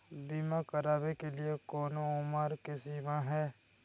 बीमा करावे के लिए कोनो उमर के सीमा है?